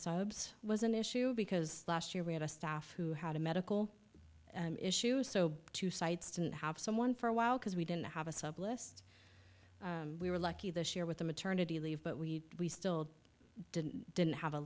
subs was an issue because last year we had a staff who had a medical issue so two sites didn't have someone for a while because we didn't have a sublist we were lucky this year with the maternity leave but we we still didn't didn't have